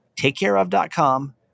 Takecareof.com